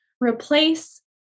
replace